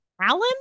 Alan